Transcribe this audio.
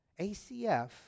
ACF